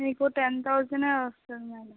మీకు ten thousand వస్తుంది అండి